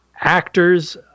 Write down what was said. actors